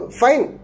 fine